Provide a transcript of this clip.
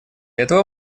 этого